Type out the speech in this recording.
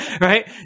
Right